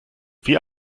wie